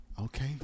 Okay